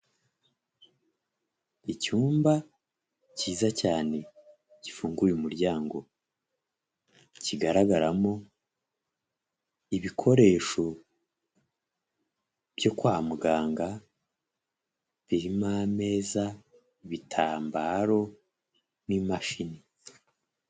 Icyumba cyiza cyane, gifunguye umuryango. Kigaragaramo ibikoresho byo kwa muganga, birimo ameza, ibitambaro, n'imashini.